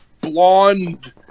blonde